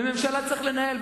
וממשלה צריך לנהל.